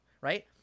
right